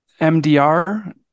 MDR